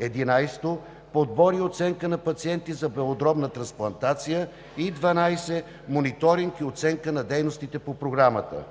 11. подбор и оценка на пациенти за белодробна трансплантация, и 12. мониторинг и оценка на дейностите по Програмата.